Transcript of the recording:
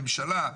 הממשלה.